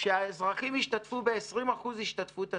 שהאזרחים ישתתפו ב-20% השתתפות עצמית.